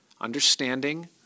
understanding